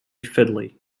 fiddly